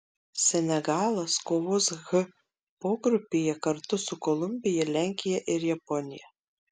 senegalas kovos h pogrupyje kartu su kolumbija lenkija ir japonija